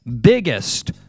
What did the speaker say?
biggest